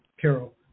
Carol